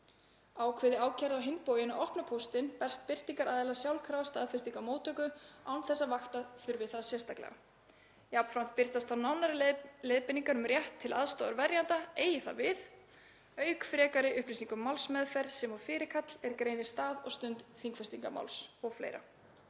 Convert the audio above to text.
Ákveði ákærði á hinn bóginn að opna póstinn berst birtingaraðila sjálfkrafa staðfesting á móttöku án þess að vakta þurfi það sérstaklega. Jafnframt birtast þá nánari leiðbeiningar um rétt til aðstoðar verjanda eigi það við, auk frekari upplýsinga um málsmeðferð sem og fyrirkall er greinir stað og stund þingfestingar máls o.fl.